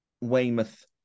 Weymouth